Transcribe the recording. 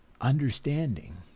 understanding